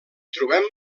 trobem